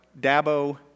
Dabo